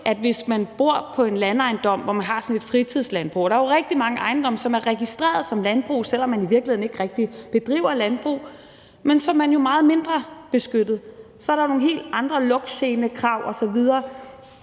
at hvis man bor på en landejendom, hvor man har sådan et fritidslandbrug – og der er jo rigtig mange ejendomme, som er registreret som landbrug, selv om man i virkeligheden ikke rigtig bedriver landbrug – så er man jo meget mindre beskyttet, for så er der nogle helt andre lugtgenekrav osv.,